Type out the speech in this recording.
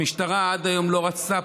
המשטרה עד היום לא רצתה,